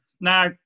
Now